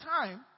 time